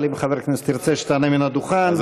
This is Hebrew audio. אבל אם חבר הכנסת ירצה שתענה מן הדוכן, בהחלט.